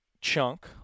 chunk